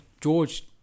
George